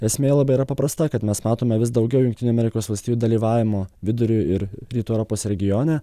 esmė labai yra paprasta kad mes matome vis daugiau jungtinių amerikos valstijų dalyvavimo vidurio ir rytų europos regione